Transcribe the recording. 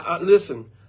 Listen